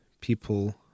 people